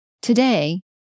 Today